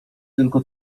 tylko